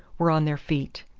were on their feet.